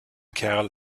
kerl